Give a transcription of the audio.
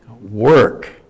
work